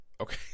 Okay